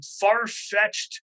far-fetched